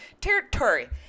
territory